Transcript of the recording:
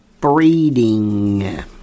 breeding